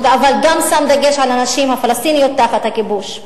אבל גם שם דגש על הנשים הפלסטיניות תחת הכיבוש.